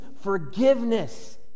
forgiveness